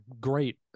great